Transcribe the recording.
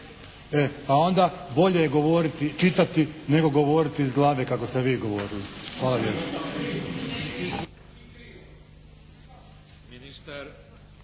pa onda bolje je govoriti i čitati, nego govoriti iz glave kako ste vi govorili. Hvala